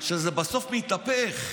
שזה בסוף מתהפך.